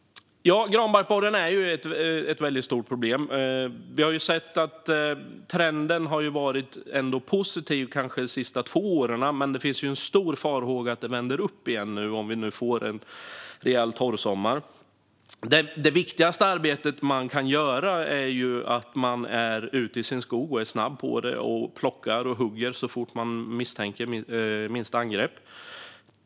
Granbarkborren är ett väldigt stort problem. Trenden har varit positiv de senaste två åren, men det finns ju stora farhågor om att det vänder uppåt igen om vi nu får en rejäl torrsommar. Det viktigaste arbete man kan göra är att vara ute i sin skog och vara snabb med att plocka och hugga så fort man misstänker minsta angrepp.